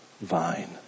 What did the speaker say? Vine